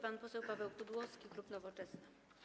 Pan poseł Paweł Pudłowski, klub Nowoczesna.